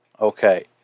Okay